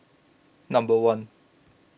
number one